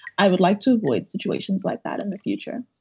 i would like to avoid situations like that in the future.